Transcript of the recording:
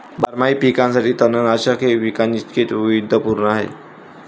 बारमाही पिकांसाठी तणनाशक हे पिकांइतकेच वैविध्यपूर्ण आहे